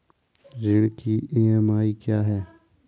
ऋण की ई.एम.आई क्या है?